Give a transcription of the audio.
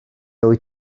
wyt